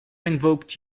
invoked